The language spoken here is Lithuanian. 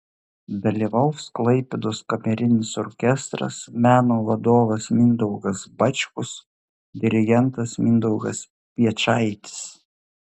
dalyvaus klaipėdos kamerinis orkestras meno vadovas mindaugas bačkus dirigentas mindaugas piečaitis